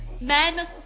Men